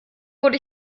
wurde